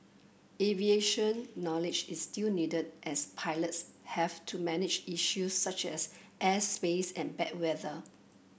aviation knowledge is still needed as pilots have to manage issues such as airspace and bad weather